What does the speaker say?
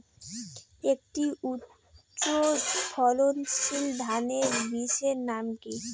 একটি উচ্চ ফলনশীল ধানের বীজের নাম কী?